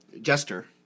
Jester